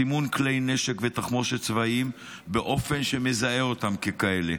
סימון כלי נשק ותחמושת צבאיים באופן שמזהה אותם ככאלה.